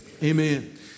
Amen